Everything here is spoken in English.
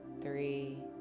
three